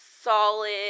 solid